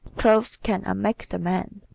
clothes can unmake the man